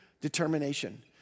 determination